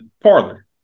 parlor